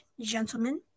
gentlemen